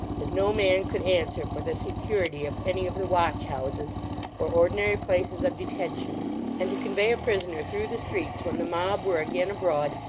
as no man could answer for the security of any of the watch-houses or ordinary places of detention and to convey a prisoner through the streets when the mob were again abroad,